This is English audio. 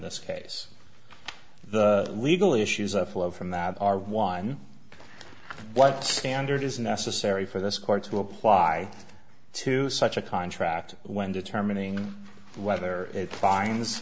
this case the legal issues of flow from that are one what standard is necessary for this court to apply to such a contract when determining whether it's fines